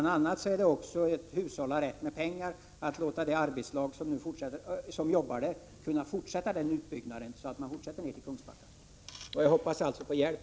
Det är att hushålla rätt med pengar att låta det arbetslag som nu jobbar där fortsätta med utbyggnaden ner till Kungsbacka. Jag hoppas alltså på hjälp.